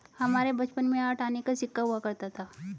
हमारे बचपन में आठ आने का सिक्का हुआ करता था